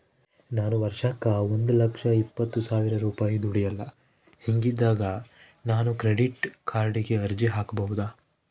ನಾನು ವರ್ಷಕ್ಕ ಒಂದು ಲಕ್ಷ ಇಪ್ಪತ್ತು ಸಾವಿರ ರೂಪಾಯಿ ದುಡಿಯಲ್ಲ ಹಿಂಗಿದ್ದಾಗ ನಾನು ಕ್ರೆಡಿಟ್ ಕಾರ್ಡಿಗೆ ಅರ್ಜಿ ಹಾಕಬಹುದಾ?